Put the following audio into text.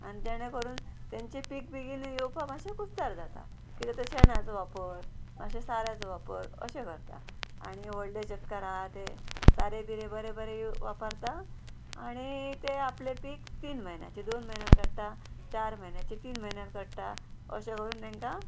आनी तेणें करून तेंचें पीक बेगीन येवपा मातशें कुस्तार जाता किद्या तर शेणाचो वापर मातशें साऱ्याचो वापर अशें करता आनी व्हडले शेतकार आहा ते सारें बिरें बरें बरें वापरता आणी ते आपले पीक तीन म्हयन्याचे दोन म्हयन्यान काडटा चार म्हयन्याचे तीन म्हयन्यान काडटा अशें करून तेंकां